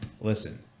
listen